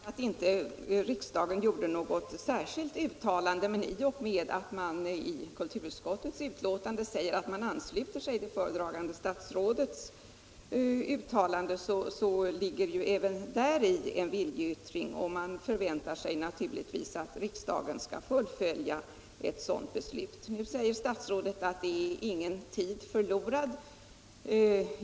Herr talman! Det är visserligen sant att riksdagen inte gjorde något särskilt uttalande, men i och med att kulturutskottet i sitt betänkande säger att utskottet ansluter sig till föredragande statsrådets uttalande ligger även däri en viljeyttring. Man förväntar sig givetvis att riksdagen skall fullfölja ett sådant beslut. Nu säger statsrådet att ingen tid är förlorad.